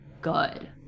good